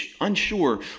unsure